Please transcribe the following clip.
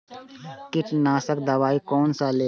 कीट नाशक दवाई कोन सा लेब?